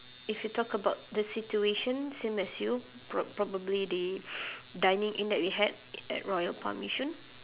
if you talk about the situation same as you pro~ probably the dining in that we had at royal palm yishun